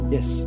Yes